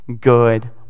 good